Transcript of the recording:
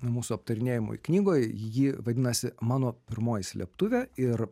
mūsų aptarinėjamoj knygoj ji vadinasi mano pirmoji slėptuvė ir